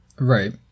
Right